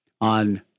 on